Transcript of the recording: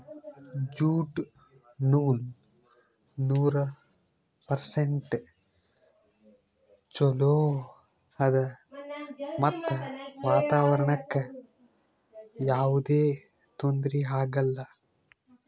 jute ನೂಲ್ ನೂರ್ percent ಚೊಲೋ ಆದ್ ಮತ್ತ್ ವಾತಾವರಣ್ಕ್ ಯಾವದೇ ತೊಂದ್ರಿ ಆಗಲ್ಲ